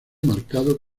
marcado